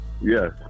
yes